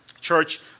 Church